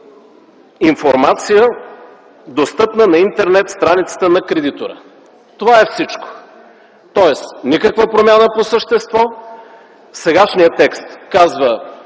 информация, достъпна на интернет страницата на кредитора”. Това е всичко, тоест никаква промяна по същество. Сегашният текст казва: